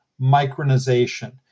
micronization